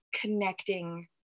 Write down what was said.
connecting